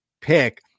pick